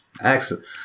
Excellent